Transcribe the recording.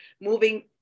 moving